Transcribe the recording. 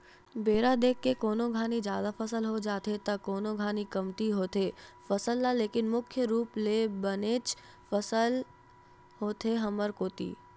बेरा देख के कोनो घानी जादा फसल हो जाथे त कोनो घानी कमती होथे फसल ह लेकिन मुख्य रुप ले बनेच फसल होथे हमर कोती